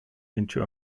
into